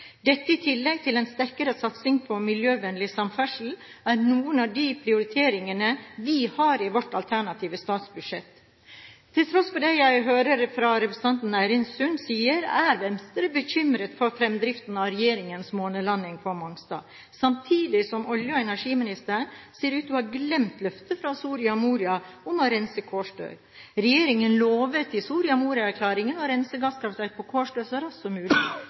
Dette, i tillegg til en sterkere satsing på miljøvennlig samferdsel, er noen av de prioriteringene vi har i vårt alternative statsbudsjett. Til tross for det jeg hører representanten Eirin Sund sier, er Venstre bekymret for fremdriften av regjeringens månelanding på Mongstad, samtidig som olje- og energiministeren ser ut til å ha glemt løftet fra Soria Moria om å rense Kårstø. Regjeringen lovet i Soria Moria-erklæringen å rense gasskraftverket på Kårstø så raskt som mulig.